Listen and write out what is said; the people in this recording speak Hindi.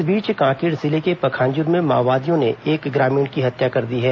इस बीच कांकेर जिले के पखांजूर में माओवादियों ने एक ग्रामीण की हत्या कर दी है